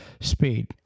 speed